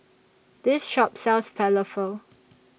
This Shop sells Falafel